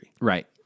Right